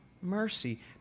mercy